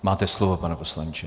Máte slovo, pane poslanče.